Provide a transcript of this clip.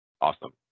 Awesome